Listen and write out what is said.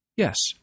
Yes